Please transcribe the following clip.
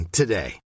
today